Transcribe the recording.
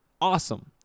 awesome